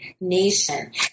nation